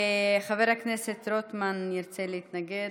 חבר הכנסת רוטמן ירצה להתנגד.